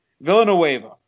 Villanueva